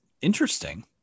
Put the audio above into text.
interesting